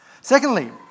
Secondly